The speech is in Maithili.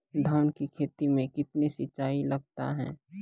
धान की खेती मे कितने सिंचाई लगता है?